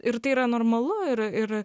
ir tai yra normalu ir ir